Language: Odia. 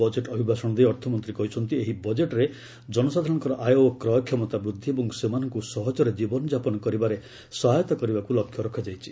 ବଜେଟ୍ ଅଭିଭାଷଣ ଦେଇ ଅର୍ଥମନ୍ତୀ କହିଛନ୍ତି ଏହି ବଜେଟ୍ରେ ଜନସାଧାରଣଙ୍କର ଆୟ ଓ କ୍ରୟ କ୍ଷମତା ବୂଦ୍ଧି ଏବଂ ସେମାନଙ୍କୁ ସହଜରେ ଜୀବନ ଯାପନ କରିବାରେ ସହାୟତା କରିବାକୁ ଲକ୍ଷ୍ୟ ରଖାଯାଇଛି